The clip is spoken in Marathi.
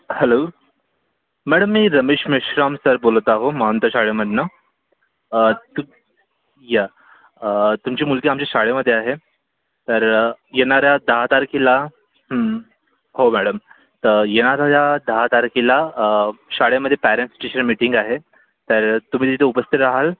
हॅलो मॅडम मी रमेश मेश्राम सर बोलत आहे महंत शाळेमधनं तू या तुमची मुलगी आमच्या शाळेमध्ये आहे तर येणाऱ्या दहा तारखेला हं हो मॅडम तर येणाऱ्या या दहा तारखेला शाळेमध्ये पेरेंट्स टीचर मीटिंग आहे तर तुम्ही तिथे उपस्थित रहाल